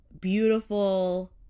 beautiful